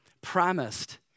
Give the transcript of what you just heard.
promised